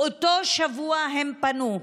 באותו שבוע הם פנו,